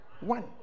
One